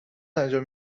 انجام